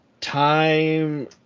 time